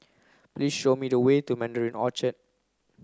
please show me the way to Mandarin Orchard